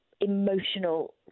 emotional